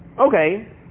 Okay